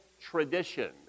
tradition